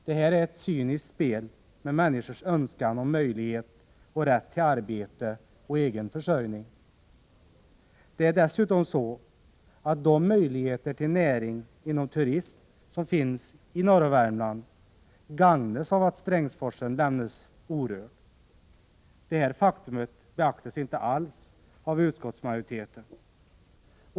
Detta är ett cyniskt spel med människors önskan om möjlighet och rätt till arbete och egen försörjning. De möjligheter till näring inom turism som finns i norra Värmland gagnas av att Strängsforsen lämnas orörd. Detta faktum beaktas inte alls av utskottsmajoriteten.